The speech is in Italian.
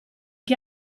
che